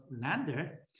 lander